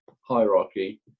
hierarchy